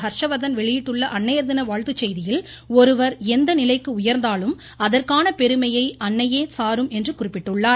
ஹர்ஷவர்த்தன் வெளியிட்டுள்ள அன்னையா தின வாழ்த்து செய்தியில் ஒருவா் எந்த நிலைக்கு உயா்ந்தாலும் அதற்கான பெருமை அன்னையையே சாரும் என குறிப்பிட்டுள்ளார்